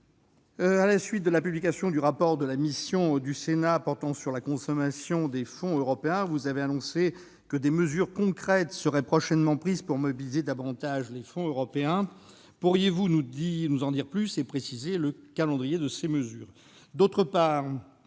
à la suite de la publication du rapport de la mission d'information du Sénat portant sur la consommation des fonds européens, vous avez annoncé que des mesures concrètes seraient prochainement prises pour mobiliser davantage ces derniers. Pourriez-vous nous en dire plus et préciser le calendrier de ces mesures ?